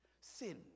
sin